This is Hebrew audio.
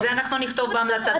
זה אנחנו נכתוב בהמלצת הוועדה.